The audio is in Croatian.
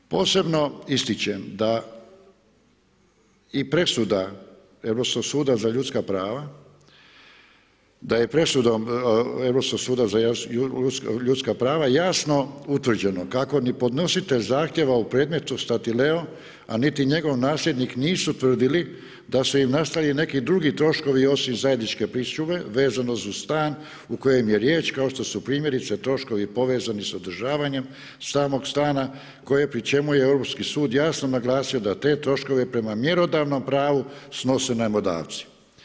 Posebno ističem da i presuda Europskog suda za ljudska prava, da je presudom Europskog suda za ljudska prava jasno utvrđeno kako ni podnositelj zahtjeva u predmetu Statileo, a niti njegov nasljednik nisu tvrdili da su im nastali neki drugi troškovi, osim zajedničke pričuve vezano za stan o kojem je riječ kao što su primjerice troškovi povezani s održavanjem samog stana pri čemu je Europski sud jasno naglasio da te troškove prema mjerodavnom pravu snose najmodavci.